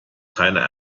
keiner